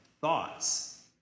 thoughts